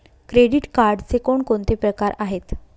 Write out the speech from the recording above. Credit कार्डचे कोणकोणते प्रकार आहेत?